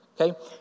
Okay